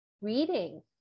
reading